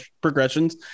progressions